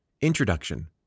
Introduction